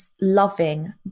loving